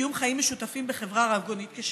אך היא הכרחית לקיום חיים משותפים בחברה רבגונית כשלנו.